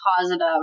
positive